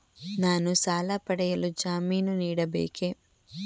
ನಾನು ಸಾಲ ಪಡೆಯಲು ಜಾಮೀನು ನೀಡಬೇಕೇ?